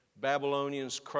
Babylonians